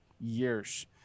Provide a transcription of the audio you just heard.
years